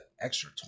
extra